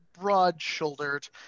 broad-shouldered